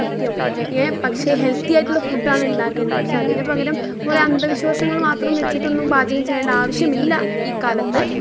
സത്യം പക്ഷേ ഹെൽത്തിയായിട്ടുള്ള ഫുഡാണ് ഉണ്ടാക്കേണ്ടത് പക്ഷേ അതിൻ്റെ പകരം കുറേ അന്ധവിശ്വാസങ്ങൾ മാത്രം വച്ചിട്ടൊന്നും പാചകം ചെയ്യേണ്ട ആവശ്യമില്ല ഈ കാലത്ത്